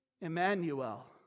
Emmanuel